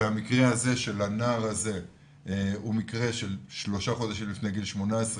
והמקרה הזה של הנער הזה הוא מקרה של שלושה חודשים לפני גיל 18,